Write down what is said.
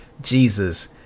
Jesus